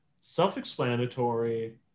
self-explanatory